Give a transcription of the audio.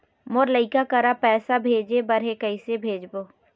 मोर लइका करा पैसा भेजें बर हे, कइसे भेजबो?